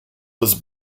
was